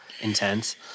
intense